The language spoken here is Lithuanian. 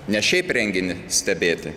ne šiaip renginį stebėti